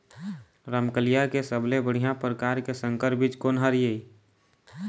रमकलिया के सबले बढ़िया परकार के संकर बीज कोन हर ये?